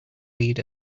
lead